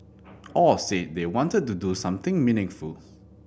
all said they wanted to do something meaningful